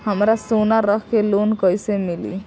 हमरा सोना रख के लोन कईसे मिली?